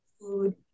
food